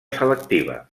selectiva